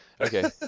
Okay